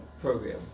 program